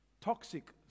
toxic